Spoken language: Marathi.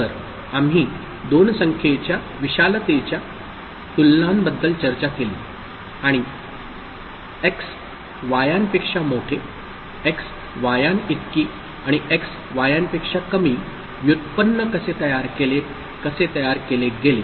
तर आम्ही दोन संख्येच्या विशालतेच्या तुलनांबद्दल चर्चा केली आणि एक्स वायांपेक्षा मोठे एक्स वायांइतकी आणि एक्स वायांपेक्षा कमी व्युत्पन्न कसे तयार केले कसे तयार केले गेले